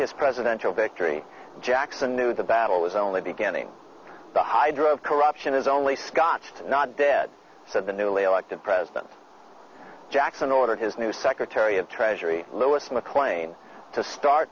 his presidential victory jackson knew the battle was only beginning the high drive corruption is only scotched not dead so the newly elected president jackson ordered his new secretary of treasury louis mclean to start